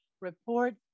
Report